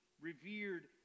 revered